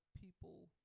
people